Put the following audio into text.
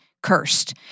cursed